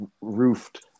roofed